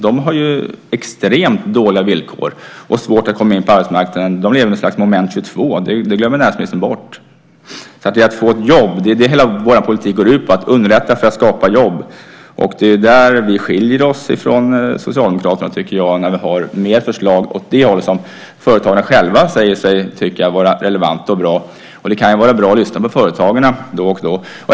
De har ju extremt dåliga villkor och svårt att komma in på arbetsmarknaden. De lever i något slags moment 22. Det glömmer näringsministern bort. Hela vår politik går ut på att underlätta för att skapa jobb. Det är där vi skiljer oss från Socialdemokraterna, tycker jag, när vi har flera förslag som företagarna själva säger sig tycka vara relevanta och bra. Och det kan ju vara bra att lyssna på företagarna då och då.